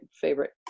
favorite